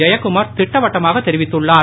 ஜெயக்குமார் திட்டவட்டமாக தெரிவித்துள்ளார்